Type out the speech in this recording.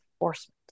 enforcement